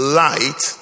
light